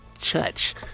Church